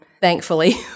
thankfully